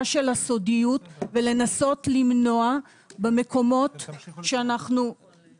של הסודיות ולנסות למנוע מצבים כאלה.